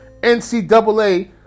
NCAA